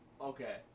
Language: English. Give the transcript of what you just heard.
Okay